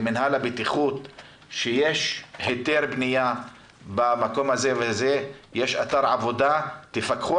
למינהל הבטיחות שיש היתר בנייה במקום הזה וישיש אתר עבודה שיפקחו